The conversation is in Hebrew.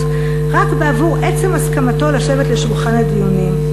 רק בעבור עצם הסכמתו לשבת לשולחן הדיונים.